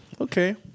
Okay